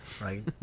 right